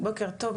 בוקר טוב.